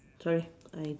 sorry I